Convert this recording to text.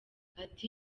ati